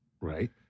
right